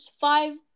five